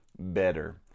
better